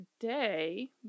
today